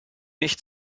mich